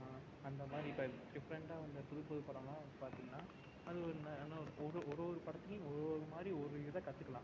அந்த மாதிரி இப்போ டிஃப்ரெண்ட்டாக வந்த புதுப்புது படம்லாம் வந்து பார்த்திங்கன்னா அது ஒரு ந என்ன ஒரு ஒரு ஒரு படத்துலேயும் ஒரு ஒரு மாதிரி ஒரு இதைக் கற்றுக்கலாம்